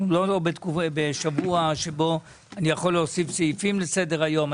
אנחנו לא בשבוע שבו אני יכול להוסיף סעיפים לסדר היום.